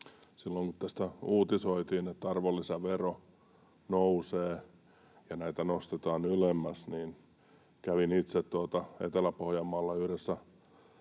silloin kun tästä uutisoitiin, että arvonlisävero nousee ja näitä nostetaan ylemmäs, niin kävin itse Etelä-Pohjanmaalla yhdessä